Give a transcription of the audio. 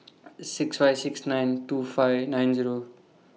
six five six nine two five nine Zero